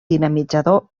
dinamitzador